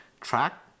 track